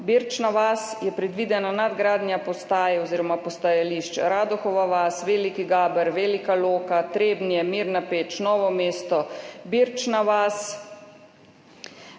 Birčna vas je predvidena nadgradnja postaj oziroma postajališč Radohova vas, Veliki Gaber, Velika Loka, Trebnje, Mirna Peč, Novo mesto, Birčna vas,